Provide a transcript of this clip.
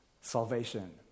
salvation